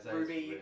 Ruby